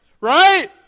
right